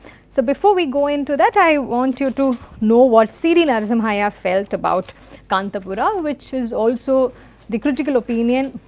so before we go into that, i want you to know what c. d. narasimhaiah felt about kantapura, which is also the critical opinion